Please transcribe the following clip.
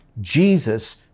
Jesus